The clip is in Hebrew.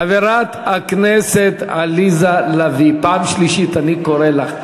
חברת הכנסת עליזה לביא, פעם שלישית אני קורא לך.